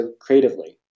creatively